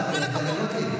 כן, המכה כבר כאן.